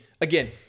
again